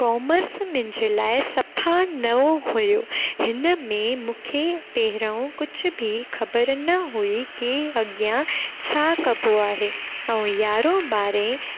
commerce मुंहिंजे लाइ सफ़ा नओं हिन में मूंखे पहिरियों कुझु बि ख़बर न हुई की अॻियां छा कबो आहे ऐं यारहों ॿारहें